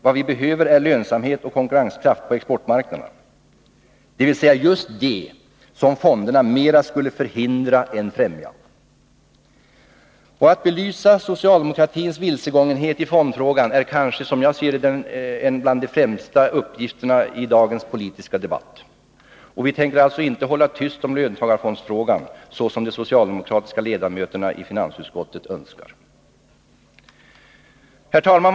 Vad vi behöver är lönsamhet och konkurrenskraft på exportmarknaderna, dvs. just det som fonderna mera skulle förhindra än främja. Att belysa socialdemokratins vilsegångenhet i fondfrågan är, som jag ser det, kanske den främsta bland flera viktiga uppgifter i dagens politiska debatt. Vi tänker inte hålla tyst i löntagarfondsfrågan så som de socialdemokratiska ledamöterna i finansutskottet önskar. Herr talman!